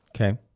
Okay